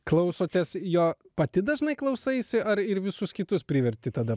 klausotės jo pati dažnai klausaisi ar ir visus kitus priverti tada